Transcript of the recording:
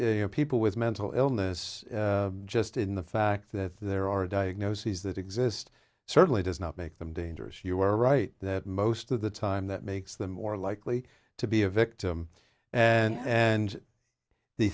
you know people with mental illness just in the fact that there are diagnoses that exist certainly does not make them dangerous you are right that most of the time that makes them more likely to be a victim and and the